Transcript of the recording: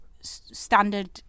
Standard